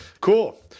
cool